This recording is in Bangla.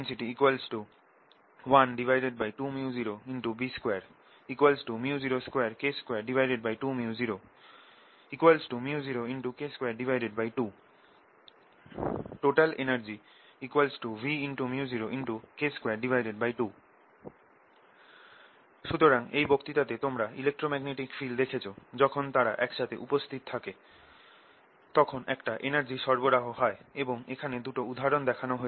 Energy density 12µ0B2 µ02K22µ0 µ0K22 Total energy Vµ0K22 সুতরাং এই বক্তৃতাতে তোমরা ইলেক্ট্রোম্যাগনেটিক ফিল্ড দেখেছো যখন তারা একসাথে উপস্থিত থাকে তখন একটা এনার্জির সরবরাহ হয় এবং এখানে দুটো উদাহরণ দেখানো হয়েছে